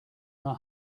know